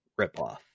ripoff